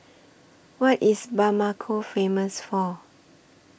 What IS Bamako Famous For